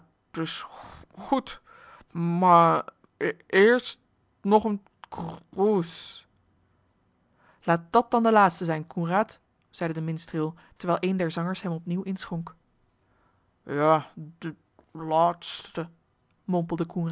eerst nog een k kr oe s laat dat dan de laatste zijn coenraad zeide de minstreel terwijl een der zangers hem opnieuw inschonk